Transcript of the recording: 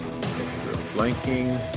Flanking